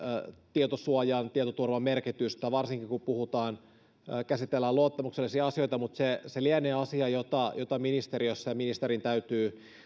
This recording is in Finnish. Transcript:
tietosuojan tietoturvan merkitystä varsinkin kun käsitellään luottamuksellisia asioita se se lienee asia jota jota ministeriössä ministerin täytyy